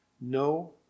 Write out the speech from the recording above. No